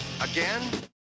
Again